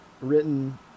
written